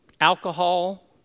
alcohol